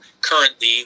currently